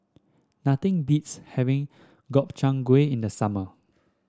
nothing beats having Gobchang Gui in the summer